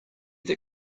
that